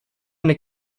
eine